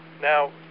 Now